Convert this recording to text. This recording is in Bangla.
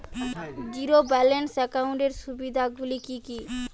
জীরো ব্যালান্স একাউন্টের সুবিধা গুলি কি কি?